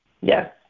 Yes